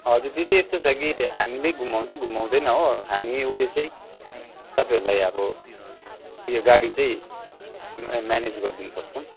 हजुर दिदी यस्तो छ कि हामीले घुमाउनु चाहिँ घुमाउँदैन हो हामी उयो चाहिँ तपाईँहरूलाई अब उयो गाडी चाहिँ म्यानेज गरिदिनु सक्छौँ